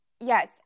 Yes